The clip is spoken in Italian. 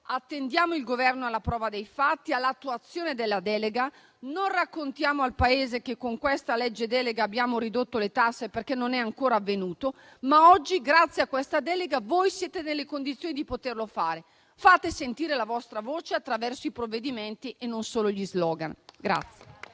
attendiamo il Governo alla prova dei fatti, all'attuazione della delega. Non raccontiamo al Paese che con questa legge delega abbiamo ridotto le tasse, perché non è ancora avvenuto. Oggi, però, grazie a questa delega voi siete delle condizioni di poterlo fare. Fate dunque sentire la vostra voce attraverso i provvedimenti e non solo gli *slogan*.